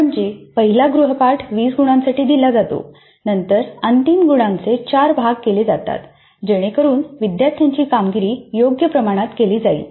म्हणजे पहीला गृहपाठ वीस गुणांसाठी दिला जातो नंतर अंतिम गुणांचे 4 भाग केले जातात जेणेकरून विद्यार्थ्यांची कामगिरी योग्य प्रमाणात केली जाईल